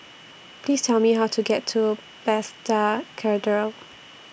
Please Tell Me How to get to Bethesda Cathedral